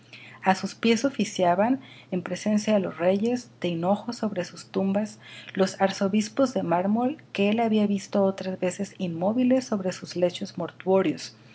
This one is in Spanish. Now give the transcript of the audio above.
a sus pies oficiaban en presencia de los reyes de hinojos sobre sus tumbas los arzobispos de mármol que él había visto otras veces inmóviles sobre sus lechos mortuorios